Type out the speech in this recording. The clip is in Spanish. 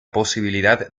posibilidad